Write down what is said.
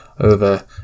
over